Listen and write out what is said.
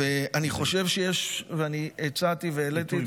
אני חושב שיש, והצעתי והעליתי,